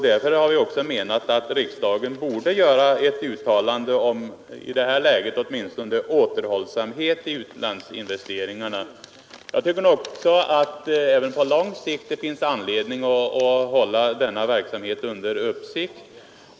Därför har vi också tyckt att riksdagen borde göra ett uttalande om återhållsamhet — åtminstone i det här läget — i utlandsinvesteringarna. Det finns även på lång sikt all anledning att hålla denna verksamhet under uppsikt.